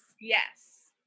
Yes